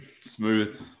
smooth